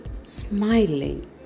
smiling